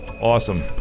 Awesome